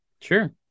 Sure